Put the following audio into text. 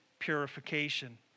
purification